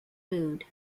mood